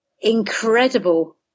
incredible